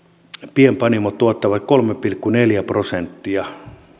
pienpanimot tuottavat kolme pilkku neljä prosenttia